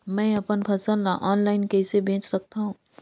मैं अपन फसल ल ऑनलाइन कइसे बेच सकथव?